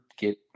get